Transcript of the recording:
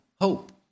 hope